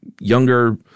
Younger